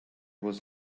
was